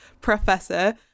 Professor